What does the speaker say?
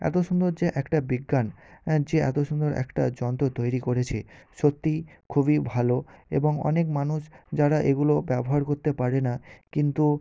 এত সুন্দর যে একটা বিজ্ঞান হ্যাঁ যে এত সুন্দর একটা যন্ত্র তৈরি করেছে সত্যি খুবই ভালো এবং অনেক মানুষ যারা এগুলো ব্যবহার করতে পারে না কিন্তু